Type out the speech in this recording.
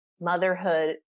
motherhood